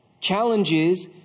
Challenges